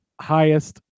highest